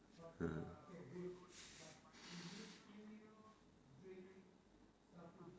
uh